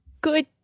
good